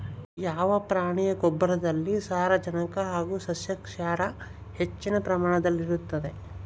ಯಾವ ಪ್ರಾಣಿಯ ಗೊಬ್ಬರದಲ್ಲಿ ಸಾರಜನಕ ಹಾಗೂ ಸಸ್ಯಕ್ಷಾರ ಹೆಚ್ಚಿನ ಪ್ರಮಾಣದಲ್ಲಿರುತ್ತದೆ?